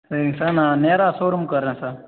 சரிங்க சார் நான் நேராக ஷோரூமுக்கு வர்றேன் சார்